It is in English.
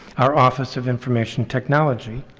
our office of information technology,